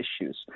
issues